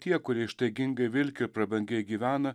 tie kurie ištaigingai vilki ir prabangiai gyvena